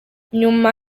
nyuma